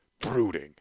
Brooding